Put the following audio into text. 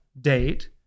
date